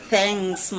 Thanks